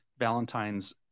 Valentine's